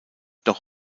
doch